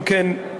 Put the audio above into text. אם כן,